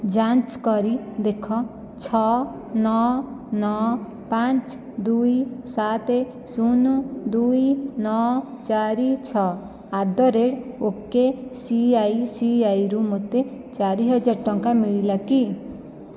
ଯାଞ୍ଚ କରି ଦେଖ ଛଅ ନଅ ନଅ ପାଞ୍ଚ ଦୁଇ ସାତ ଶୂନ ଦୁଇ ନଅ ଚାରି ଛଅ ଆଟ୍ ଦ ରେଟ୍ ଓକେସିଆଇସିଆଇରୁ ମୋତେ ଚାରିହଜାର ଟଙ୍କା ମିଳିଲା କି